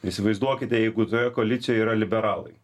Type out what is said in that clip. įsivaizduokite jeigu toje koalicijoje yra liberalai